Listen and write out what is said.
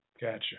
Gotcha